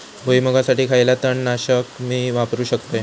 भुईमुगासाठी खयला तण नाशक मी वापरू शकतय?